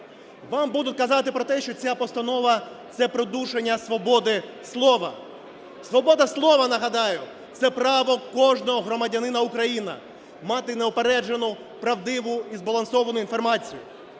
Вам будуть казати про те, що ця постанова – це придушення свободи слова. Свобода слова, нагадаю, це право кожного громадянина України мати неупереджену, правдиву і збалансовану інформацію.